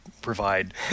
provide